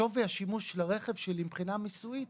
שווי השימוש של הרכב שלי מבחינה מיסויית